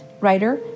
writer